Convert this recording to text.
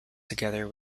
together